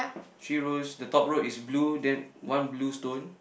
three rows the top row is blue then one blue stone